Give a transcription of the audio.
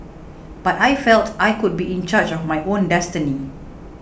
but I felt I could be in charge of my own destiny